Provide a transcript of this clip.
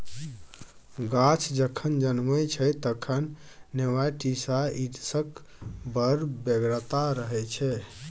गाछ जखन जनमय छै तखन नेमाटीसाइड्सक बड़ बेगरता रहय छै